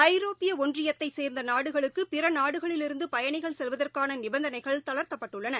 ஐரோப்பியஒன்றியத்தைசேர்ந்தநாடுகளுக்குபிறநாடுகளிலிருந்துபயணிகள் செல்வதற்கானநிபந்தனைகள் தளர்த்தப்பட்டுள்ளன